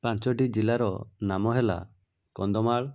ପାଞ୍ଚୋଟି ଜିଲ୍ଲାର ନାମ ହେଲା କନ୍ଧମାଳ